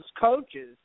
coaches